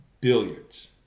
billiards